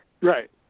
Right